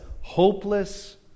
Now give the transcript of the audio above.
hopeless